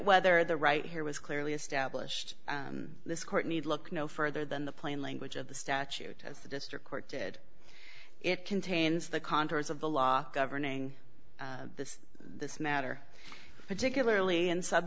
whether the right here was clearly established and this court need look no further than the plain language of the statute as the district court did it contains the contours of the law governing this this matter particularly in s